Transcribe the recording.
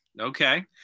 okay